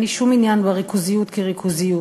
אין לי שום עניין בריכוזיות כריכוזיות,